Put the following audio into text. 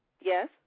yes